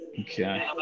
Okay